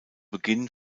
beginn